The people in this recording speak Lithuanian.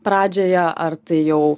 pradžioje ar tai jau